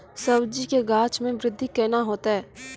सब्जी के गाछ मे बृद्धि कैना होतै?